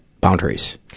boundaries